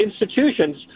institutions